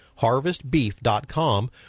harvestbeef.com